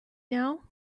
now